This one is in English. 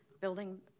building